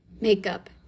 Makeup